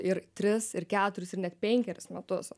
ir tris ir keturis ir net penkeris metus